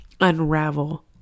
unravel